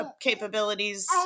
Capabilities